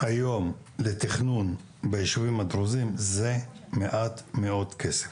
היום לתכנון בישובים הדרוזים זה מעט מאוד כסף.